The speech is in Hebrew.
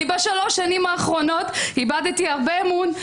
בשלוש השנים האחרונות איבדתי הרבה אמון,